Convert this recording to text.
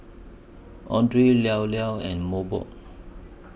Andre Llao Llao and Mobot